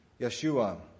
Yeshua